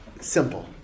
Simple